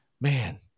man